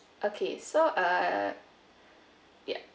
okay so uh ya